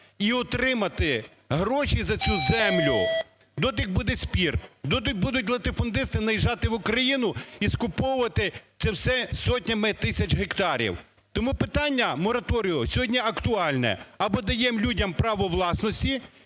і отримати гроші за цю землю, доти буде спір, доти будуть латифундисти наїжджати в Україну і скуповувати це все сотнями тисяч гектарів. Тому питання мораторію сьогодні актуальне: або даємо людям права власності